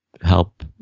help